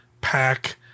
pack